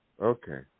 Okay